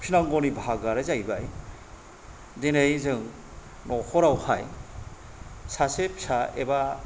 फिनांगौनि बाहागोआनो जाहैबाय दिनै जों न'खरावहाय सासे फिसा एबा